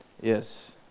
Yes